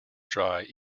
dry